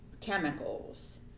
chemicals